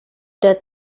der